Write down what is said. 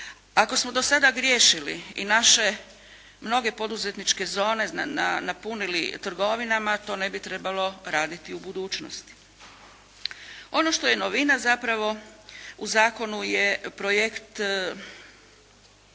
Ako smo do sada griješili i naše mnoge poduzetničke zone napunili trgovinama to ne bi trebalo raditi u budućnosti. Ono što je novina zapravo u zakonu je projekt